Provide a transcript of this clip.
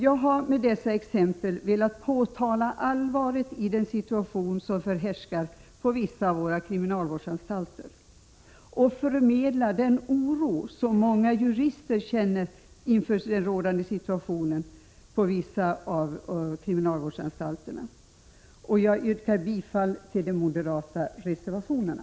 Jag har med dessa exempel velat påtala allvaret i den situation som förhärskar på vissa av våra kriminalvårdsanstalter och förmedla den oro som många jurister känner inför den rådande situationen på vissa av kriminalvårdsanstalterna. Jag yrkar bifall till de moderata reservationerna.